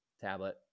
tablet